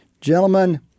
Gentlemen